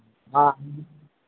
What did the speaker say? हाँ